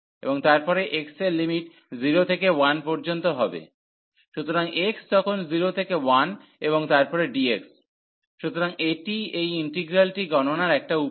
এবং তারপরে x এর লিমিট 0 থেকে 1 পর্যন্ত হবে সুতরাং x তখন 0 থেকে 1 এবং তারপরে dx সুতরাং এটি এই ইন্টিগ্রালটি গণনার একটা উপায়